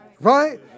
Right